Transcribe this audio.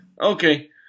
Okay